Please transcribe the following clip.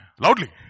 loudly